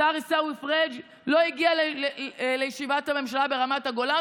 השר עיסאווי פריג' לא הגיע לישיבת הממשלה ברמת הגולן.